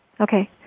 Okay